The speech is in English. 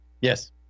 yes